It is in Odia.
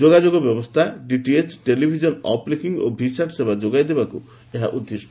ଯୋଗାଯୋଗ ବ୍ୟବସ୍ଥା ଡିଟିଏଚ୍ ଟେଲିଭିଜନ ଅପଲିଙ୍କିଙ୍ଗ୍ ଓ ଭିସାଟ୍ ସେବା ଯୋଗାଇ ଦେବାକୁ ଏହା ଉଦ୍ଦିଷ୍ଟ